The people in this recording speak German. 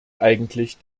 eigentlich